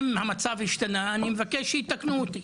אם המצב השתנה אני מבקש שיתקנו אותי,